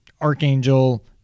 Archangel